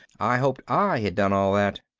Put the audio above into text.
i hoped i had done all that.